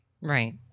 Right